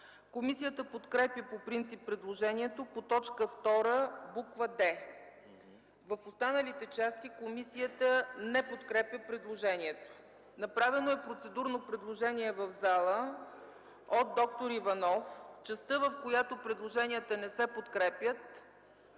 Комисията подкрепя по принцип предложението по т. 2, буква „д”. В останалите части комисията не подкрепя предложението. Направено е процедурно предложение в залата от д-р Иванов – частта, в която предложенията не се подкрепят,